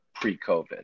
pre-COVID